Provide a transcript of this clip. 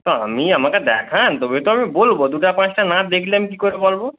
তো আমি আমাকে দেখান তবে তো আমি বলব দুটো পাঁচটা না দেখলে আমি কী করে বলব